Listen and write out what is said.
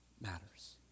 matters